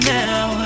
now